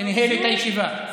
שניהל את הישיבה.